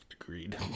Agreed